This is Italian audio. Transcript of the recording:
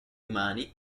umani